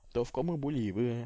twelve comma boleh apa